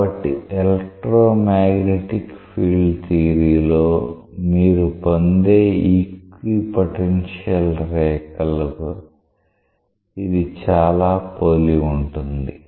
కాబట్టి electromagnetic field theory లో మీరు పొందే ఈక్విపోటెన్షియల్ రేఖ కు ఇది చాలా పోలి ఉంటుంది